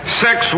sex